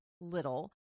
little